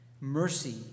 mercy